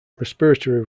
respiratory